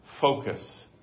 focus